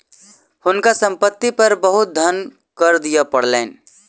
हुनका संपत्ति पर बहुत धन कर दिअ पड़लैन